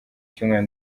cyumweru